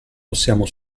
possiamo